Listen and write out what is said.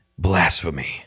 Blasphemy